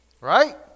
right